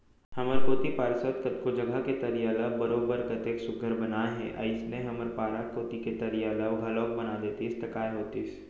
हमर कोती पार्षद कतको जघा के तरिया ल बरोबर कतेक सुग्घर बनाए हे अइसने हमर पारा कोती के तरिया ल घलौक बना देतिस त काय होतिस